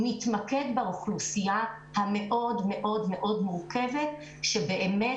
נתמקד באוכלוסייה המאוד מאוד מאוד מורכבת שבאמת,